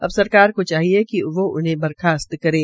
अब सरकार को चाहिए कि वो उन्हें बर्खास्त करे